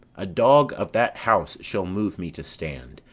a dog of that house shall move me to stand.